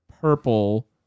purple